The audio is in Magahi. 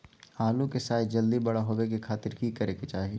आलू के साइज जल्दी बड़ा होबे के खातिर की करे के चाही?